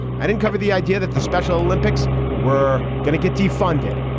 i didn't cover the idea that the special olympics were going to get defunded.